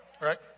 Right